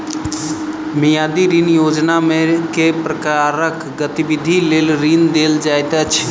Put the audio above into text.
मियादी ऋण योजनामे केँ प्रकारक गतिविधि लेल ऋण देल जाइत अछि